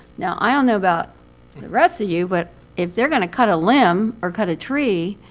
now, i don't know about the rest of you, but if they're going to cut a limb, or cut a tree,